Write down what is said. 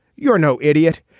you're no idiot.